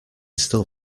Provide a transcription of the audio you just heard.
still